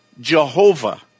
Jehovah